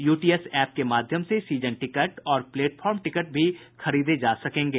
UTS app के माध्यम से सीजन टिकट और प्लेटफार्म टिकट भी खरीदे जा सकेंगे